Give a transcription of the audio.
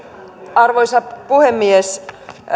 arvoisa puhemies